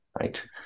right